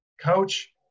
coach